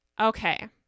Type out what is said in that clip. Okay